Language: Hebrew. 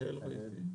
תהל ברנדס,